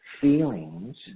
feelings